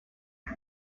web